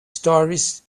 stories